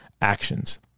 actions